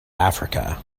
africa